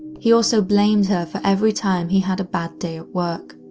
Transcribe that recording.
he also blamed her for every time he had a bad day at work.